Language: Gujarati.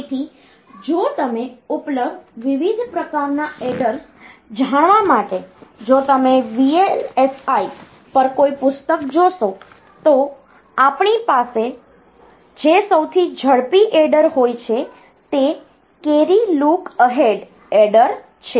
તેથી જો તમે ઉપલબ્ધ વિવિધ પ્રકારના એડર્સ જાણવા માટે જો તમે VLSI પર કોઈ પુસ્તક જોશો તો આપણી પાસે જે સૌથી ઝડપી ઍડર હોય છે તે કૅરી લૂક અહેડ ઍડર છે